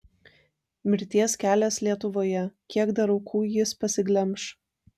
mirties kelias lietuvoje kiek dar aukų jis pasiglemš